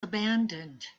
abandoned